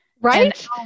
Right